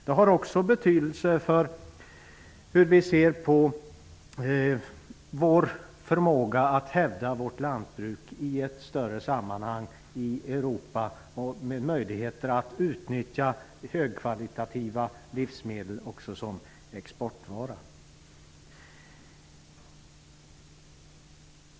Det har också betydelse för hur vi ser på vår förmåga att hävda vårt lantbruk i ett större sammanhang i Europa och på möjligheterna att utnyttja högkvalitativa livsmedel också som exportvara.